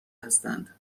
هستند